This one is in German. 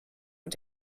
und